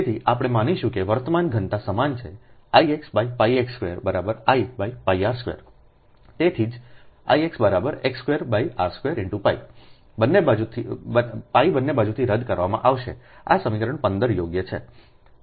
તેથી આપણે માનીશું કે વર્તમાન ઘનતા સમાન છે Ixx2 Ir2 તેથી જ Ix X2 r2 π બંને બાજુથી રદ કરવામાં આવશે આ સમીકરણ 15 યોગ્ય છે